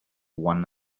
one